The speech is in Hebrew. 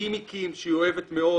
גימיקים שהיא אוהבת מאוד,